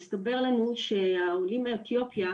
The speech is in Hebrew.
הסתבר לנו שהעולים מאתיופיה,